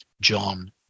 John